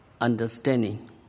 understanding